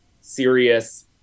serious